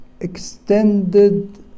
extended